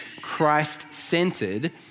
Christ-centered